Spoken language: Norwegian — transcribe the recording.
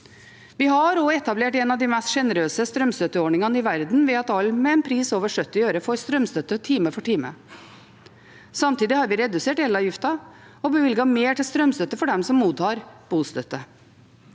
Vi har også etablert en av de mest sjenerøse strømstøtteordningene i verden, ved at alle med en pris over 70 øre får strømstøtte time for time. Samtidig har vi redusert elavgiften og bevilget mer til strømstøtte for dem som mottar bostøtte.